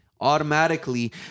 Automatically